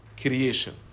creation